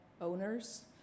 owners